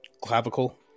clavicle